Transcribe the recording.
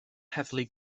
heddlu